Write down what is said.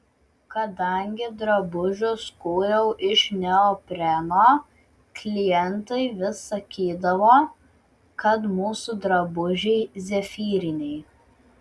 kadangi drabužius kūriau iš neopreno klientai vis sakydavo kad mūsų drabužiai zefyriniai